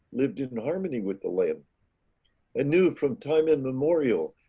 lived in harmony with the land and knew from time immemorial,